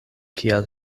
kiel